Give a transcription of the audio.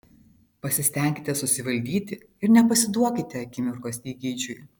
pasistenkite susivaldyti ir nepasiduokite akimirkos įgeidžiui